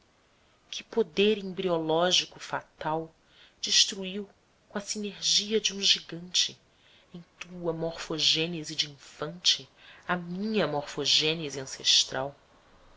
que poder embriológico fatal destruiu com a sinergia de um gigante em tua morfogênese de infante a minha morfogênese ancestral